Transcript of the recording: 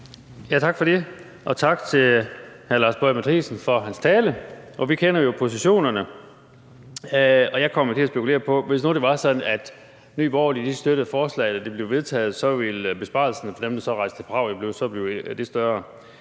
Tak for det, og tak til hr. Lars Boje Mathiesen for hans tale. Vi kender jo positionerne, og jeg kommer til at spekulere på: Hvis nu det var sådan, at Nye Borgerlige støttede forslaget og det blev vedtaget, så ville besparelsen for dem, der så rejste til Prag, jo så blive det større.